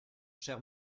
cher